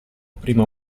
prima